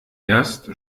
erst